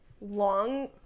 long